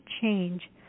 change